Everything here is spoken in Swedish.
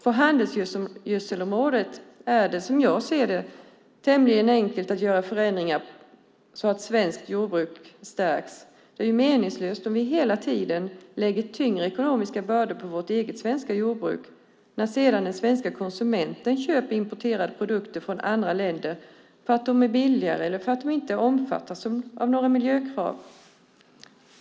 På handelsgödselområdet är det, som jag ser det, tämligen enkelt att göra förändringar så att svenskt jordbruk stärks. Det är meningslöst om vi hela tiden lägger tyngre ekonomiska bördor på vårt eget svenska jordbruk när sedan den svenska konsumenten köper importerade produkter från andra länder därför att de är billigare och inte omfattas av några miljökrav.